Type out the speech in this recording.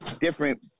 different